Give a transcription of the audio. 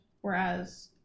whereas